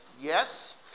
yes